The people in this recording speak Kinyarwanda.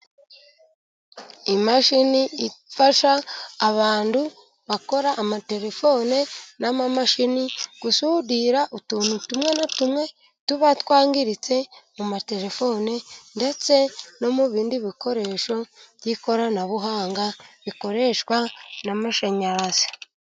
Imashini ifasha abantu bakora amatelefone n'amamashini, gusudira utuntu tumwe na tumwe tuba twangiritse mu matelefoni, ndetse no mu bindi bikoresho by'ikoranabuhanga bikoreshwa n'amashanyarazi.